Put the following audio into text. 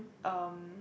um